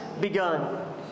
begun